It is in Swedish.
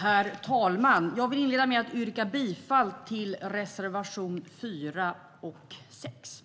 Herr talman! Jag vill inleda med att yrka bifall till reservationerna 4 och 6.